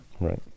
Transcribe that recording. Right